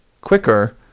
quicker